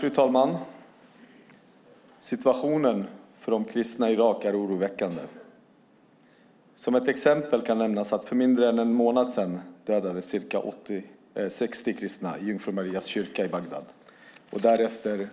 Fru talman! Situationen för de kristna i Irak är oroväckande. Som ett exempel kan nämnas att för mindre än en månad sedan dödades ca 60 kristna i Jungfru Marias kyrka i Bagdad och därefter